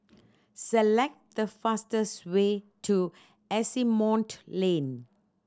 select the fastest way to Asimont Lane